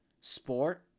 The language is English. sport